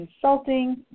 consulting